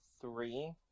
three